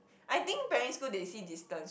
I think primary school they see distance